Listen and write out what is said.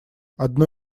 одно